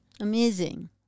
amazing